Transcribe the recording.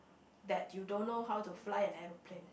that you don't know how to fly an airplane